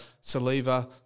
Saliva